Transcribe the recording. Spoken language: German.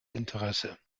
interesse